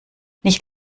nicht